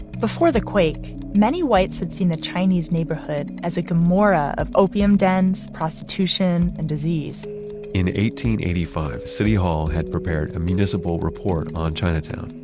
before the quake, many whites had seen the chinese neighborhood as a gomorrah of opium dens, prostitution, and disease eighty eighty five, city hall had prepared a municipal report on chinatown,